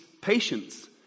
patience